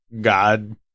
God